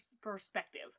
perspective